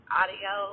audio